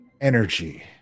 energy